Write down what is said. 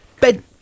Bed